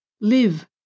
live